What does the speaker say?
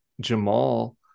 Jamal